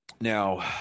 Now